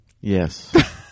Yes